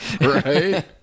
right